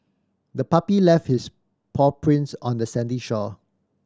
the puppy left its paw prints on the sandy shore